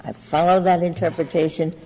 i followed that interpretation,